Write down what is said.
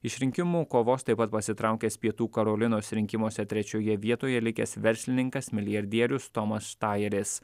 iš rinkimų kovos taip pat pasitraukęs pietų karolinos rinkimuose trečioje vietoje likęs verslininkas milijardierius tomas štajeris